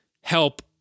help